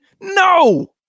No